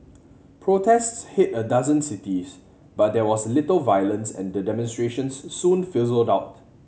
protests hit a dozen cities but there was little violence and the demonstrations soon fizzled out